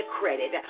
credit